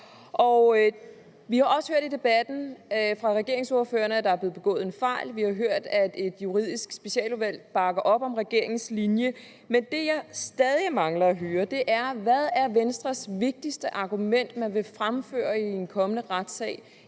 Vi har også hørt i debatten fra regeringsordførerne, at der er begået en fejl, vi har hørt, at et juridisk specialudvalg bakker op om regeringens linje, men det, jeg stadig mangler at høre, er, hvad Venstres vigtigste argument er, altså det argument, man vil fremføre i en kommende retssag,